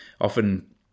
often